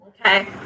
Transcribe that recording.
Okay